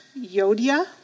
Yodia